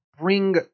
bring